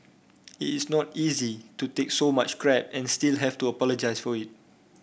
it is not easy to take so much crap and still have to apologise for it